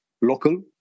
local